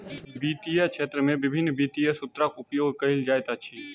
वित्तीय क्षेत्र में विभिन्न वित्तीय सूत्रक उपयोग कयल जाइत अछि